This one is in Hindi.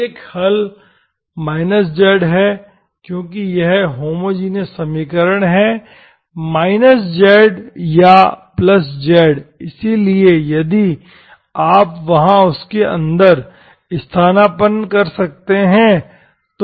एक हल z है क्योंकि यह होमोजिनियस समीकरण है z या z इसलिए यदि आप वहां उसके अंदर स्थानापन्न कर सकते हैं